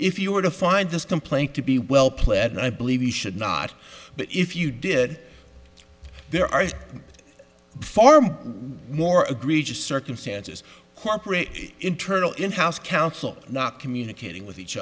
if you were to find this complaint to be well pled i believe we should not but if you did there are far more agree just circumstances cooperate internal in house counsel not communicating with each